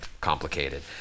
complicated